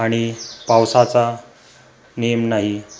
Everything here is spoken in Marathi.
आणि पावसाचा नेम नाही